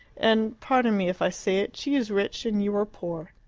and pardon me if i say it she is rich and you are poor.